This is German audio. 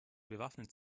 bewaffnet